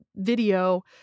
video